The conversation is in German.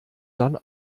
dann